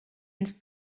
ens